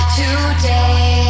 today